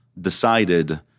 decided